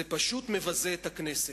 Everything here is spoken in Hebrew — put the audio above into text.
זה פשוט מבזה את הכנסת.